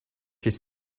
his